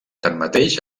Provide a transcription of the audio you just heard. tanmateix